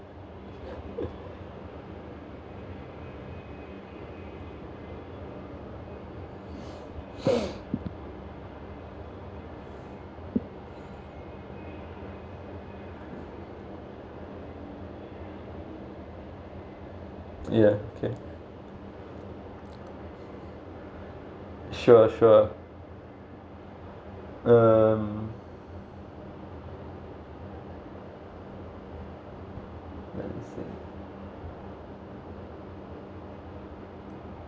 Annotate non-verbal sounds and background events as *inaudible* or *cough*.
*breath* ya okay sure sure um